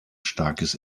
starkes